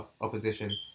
opposition